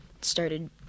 started